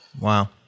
Wow